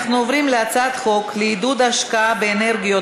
אנחנו עוברים להצעת חוק לעידוד השקעה באנרגיות